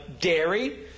dairy